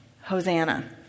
Hosanna